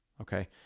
okay